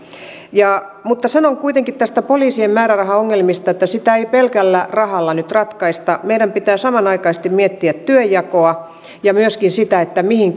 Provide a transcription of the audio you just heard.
mutta sanon kuitenkin poliisien määrärahaongelmista että niitä ei pelkällä rahalla nyt ratkaista meidän pitää samanaikaisesti miettiä työnjakoa ja myöskin sitä mihin